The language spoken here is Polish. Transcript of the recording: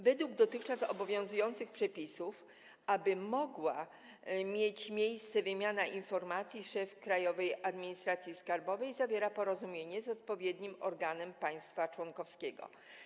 Według dotychczas obowiązujących przepisów, aby mogła mieć miejsce wymiana informacji, szef Krajowej Administracji Skarbowej zawiera porozumienie z odpowiednim organem państwa członkowskiego.